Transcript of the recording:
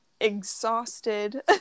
exhausted